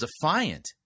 defiant